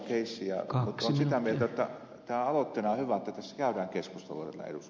mutta olen sitä mieltä jotta tämä on vaatetus ja keskisuurta jos